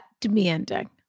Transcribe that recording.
demanding